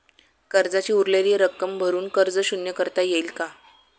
कर्जाची उरलेली रक्कम भरून कर्ज शून्य करता येईल का?